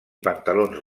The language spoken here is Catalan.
pantalons